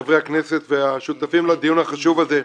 חברי הכנסת והשותפים לדיון החשוב הזה.